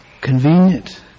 convenient